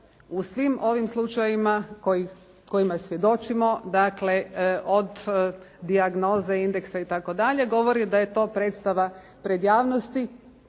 u svim ovim slučajevima kojima svjedočimo dakle od «Dijagnoze», «Indeksa» i tako dalje govori da je to predstava pred javnosti